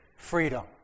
Freedom